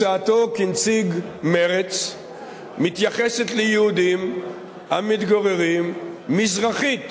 הצעתו כנציג מרצ מתייחסת ליהודים המתגוררים מזרחית